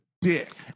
dick